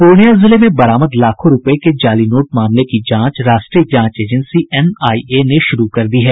पूर्णिया जिले में बरामद लाखों रुपये के जाली नोट मामले की जांच राष्ट्रीय जांच एजेंसी एनआईए ने शुरू कर दी है